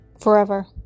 Forever